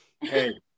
Hey